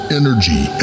energy